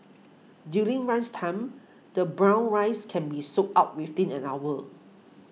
during lunchtime the brown rice can be sold out within an hour